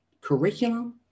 curriculum